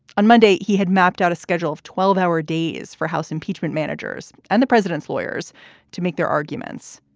on monday, he had mapped out a schedule of twelve hour days for house impeachment managers and the president's lawyers to make their arguments.